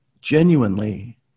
genuinely